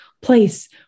place